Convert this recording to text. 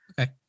okay